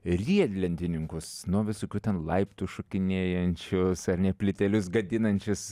riedlentininkus nuo visokių ten laiptų šokinėjančius ar ne plytelius gadinančius